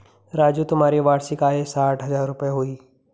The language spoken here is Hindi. राजू तुम्हारी वार्षिक आय साठ हज़ार रूपय हुई